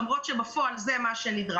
למרות שבפועל זה מה שנדרש.